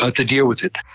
ah to deal with it